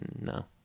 No